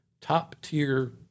top-tier